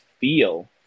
feel